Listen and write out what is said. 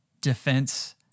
defense